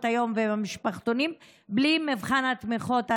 היום ובמשפחתונים בלי מבחן התמיכות הזה.